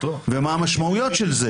ומה המשמעות של זה.